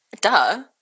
Duh